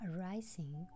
arising